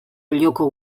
olloko